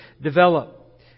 develop